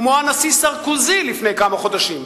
כמו הנשיא סרקוזי לפני כמה חודשים,